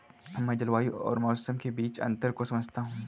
मैं जलवायु और मौसम के बीच अंतर को समझता हूं